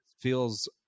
feels